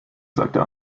sagte